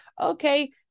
Okay